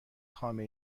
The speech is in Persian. خامه